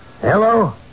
Hello